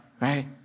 right